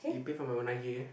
you pay for my unagi